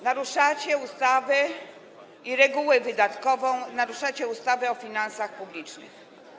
Naruszacie regułę wydatkową, naruszacie ustawę o finansach publicznych.